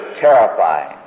terrifying